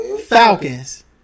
Falcons